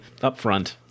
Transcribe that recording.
upfront